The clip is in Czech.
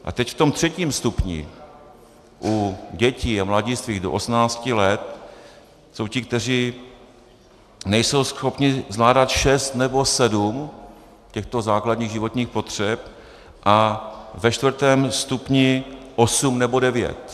A teď v tom třetím stupni u dětí a mladistvých do 18 let jsou ti, kteří nejsou schopni zvládat šest nebo sedm těchto základních životních potřeb, a ve čtvrtém stupni osm nebo devět.